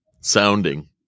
sounding